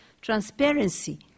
transparency